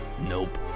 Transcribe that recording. Nope